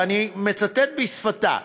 ואני מצטט בשפתה,